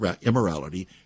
immorality